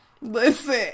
listen